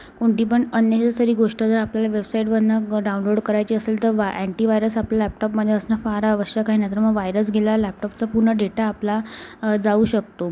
कोणती पण अननेसेसरी गोष्ट जर आपल्याला वेबसाईटवरनं डाऊनलोड करायची असेल तर वाय अँटीव्हायरस आपल्या लॅपटॉपमध्ये असणं फार आवश्यक आहे नाहीतर मग व्हायरस गेल्यावर लॅपटॉपचा पूर्ण डेटा आपला जाऊ शकतो